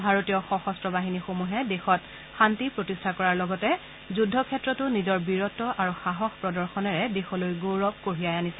ভাৰতীয় সশস্ত্ৰ বাহিনীসমূহে দেশত শান্তি প্ৰতিষ্ঠা কৰাৰ লগতে যুদ্ধক্ষেত্ৰতো নিজৰ বীৰত্ব আৰু সাহস প্ৰদৰ্শনেৰে দেশলৈ গৌৰৱ কঢ়িয়াই আনিছে